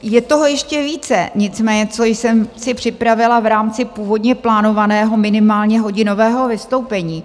Je toho ještě více, co jsem si připravila v rámci původně plánovaného minimálně hodinového vystoupení.